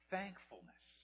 Thankfulness